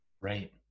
Right